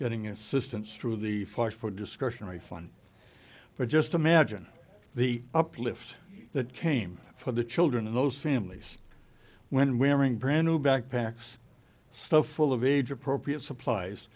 getting assistance through the fire for discretionary funds but just imagine the uplift that came for the children in those families when wearing brand new backpacks so full of age appropriate supplies